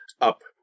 up